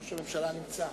ראש הממשלה נמצא.